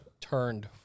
turned